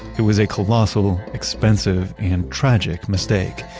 it was a colossal, expensive and tragic mistake,